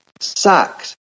Sacked